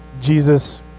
Jesus